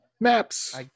maps